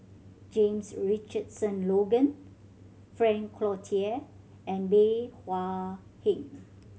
James Richardson Logan Frank Cloutier and Bey Hua Heng